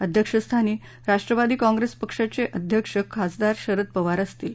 अध्यक्षस्थानी राष्ट्रवादी काँग्रेस पक्षाचे अध्यक्ष खासदार शरद पवार असतील